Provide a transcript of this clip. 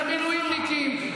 למילואימניקים,